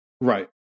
Right